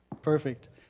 perfect.